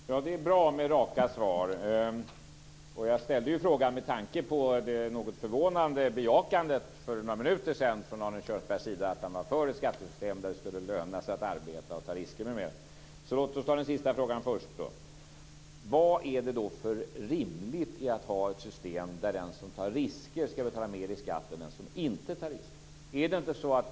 Fru talman! Det är bra med raka svar, och jag ställde ju frågan med tanke på det något förvånande bejakandet för några minuter sedan från Arne Kjörnsberg när han sade att han var för ett skattesystem där det skulle löna sig att arbeta och ta risker m.m. Så låt oss ta den sista frågan först. Hur kan det vara rimligt att ha ett system där den som tar risker ska betala mer i skatt än den som inte tar risker?